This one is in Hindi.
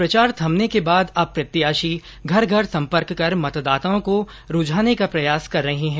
प्रचार थमने के बाद अब प्रत्याशी घर घर संपर्क कर मतदाताओं को रूझाने का प्रयास कर रहे हैं